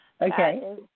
Okay